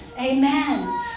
amen